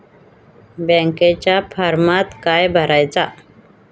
बँकेच्या फारमात काय भरायचा?